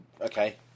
Okay